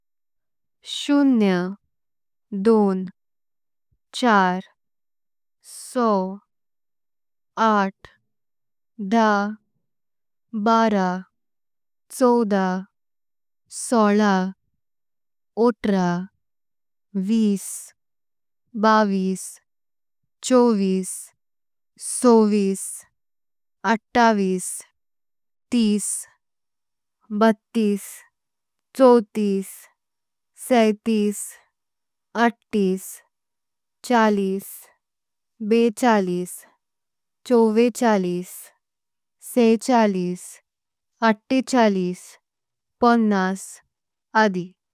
शून्य, दोन, चार, सात, आठ, दहा। बारा, चौदा, सोळा, एकोणीस, वीस। बावीस, चोविस, सव्वीस, सत्तावीस, तीस। बत्तीस, चोवत्तीस, सत्तावीस, अठ्ठावीस। चाळीस, बेचाळीस, चव्वेचाळीस। सत्तेचाळीस, अठ्ठ्येचाळीस, पन्नास, इत्यादी।